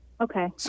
Okay